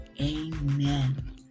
Amen